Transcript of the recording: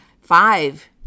Five